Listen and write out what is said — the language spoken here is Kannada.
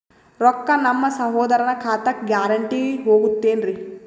ರೊಕ್ಕ ನಮ್ಮಸಹೋದರನ ಖಾತಕ್ಕ ಗ್ಯಾರಂಟಿ ಹೊಗುತೇನ್ರಿ?